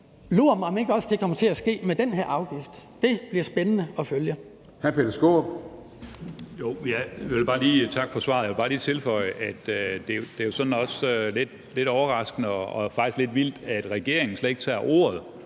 Lur mig, om ikke også det kommer til at ske med den her afgift. Det bliver spændende at følge.